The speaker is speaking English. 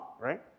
right